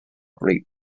great